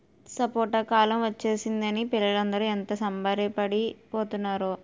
సపోటా కాలం ఒచ్చేసిందని పిల్లలందరూ ఎంత సంబరపడి పోతున్నారో